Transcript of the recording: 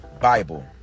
Bible